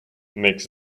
makes